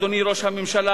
אדוני ראש הממשלה,